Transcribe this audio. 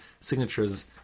signatures